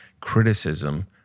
Criticism